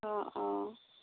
অ অ